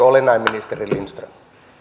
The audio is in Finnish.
ole näin ministeri lindström